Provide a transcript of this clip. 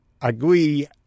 Agui